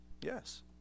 Yes